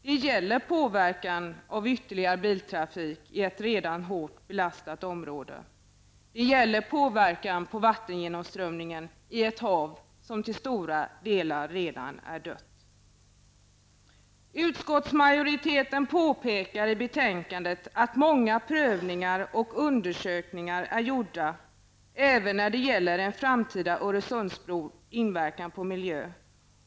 Det gäller såväl påverkan av ytterligare biltrafik i ett redan hårt belastat område som påverkan på vattengenomströmningen i ett hav som till stora delar redan är dött. Utskottsmajoriteten påpekar i betänkandet att många prövningar och undersökningar är gjorda även när det gäller en framtida Öresundsbros inverkan på miljön.